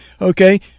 Okay